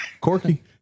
Corky